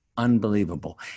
unbelievable